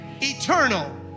eternal